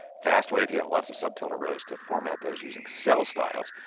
fast way if you have lots of subtotal rows to format those using cell styles.